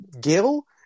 Gil